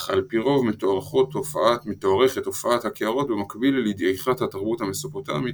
אך על פי רוב מתוארכת הופעת הקערות במקביל לדעיכת התרבות המסופוטומית